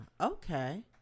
okay